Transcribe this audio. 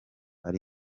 ari